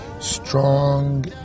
strong